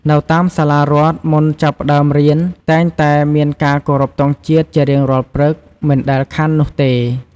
នៅតាមសាលារដ្ឋ មុនចាប់ផ្ដើមរៀន តែងតែមានការគោរពទង់ជាតិជារៀងរាល់ព្រឹក មិនដែលខាននោះទេ។